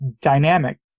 dynamic